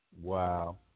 Wow